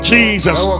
Jesus